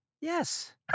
Yes